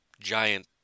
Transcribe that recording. giant